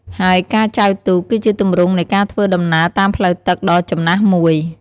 ហើយការចែវទូក គឺជាទម្រង់នៃការធ្វើដំណើរតាមផ្លូវទឹកដ៏ចំណាស់មួយ។